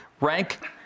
Rank